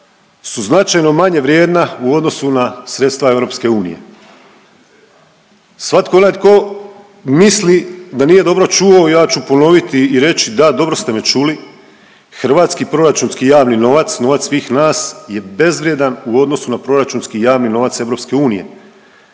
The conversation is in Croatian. su značajno manje vrijedna u odnosu na sredstva EU. Svatko onaj tko misli da nije dobro čuo, ja ću ponoviti i reći da dobro ste me čuli. Hrvatski proračunski javni novac, novac svih nas je bezvrijedan u odnosu na proračunski javni novac EU.